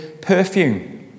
perfume